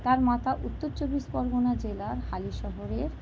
তার মাতা উত্তর চব্বিশ পরগনা জেলার হালিশহরের